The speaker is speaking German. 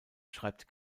schreibt